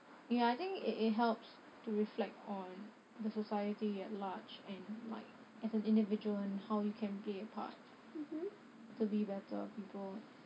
ya I think it it helps to reflect on the society at large and might as an individual on how you can play a part to be better